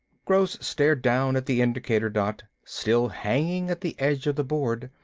gross stared down at the indicator dot, still hanging at the edge of the board.